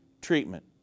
treatment